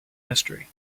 history